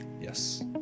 Yes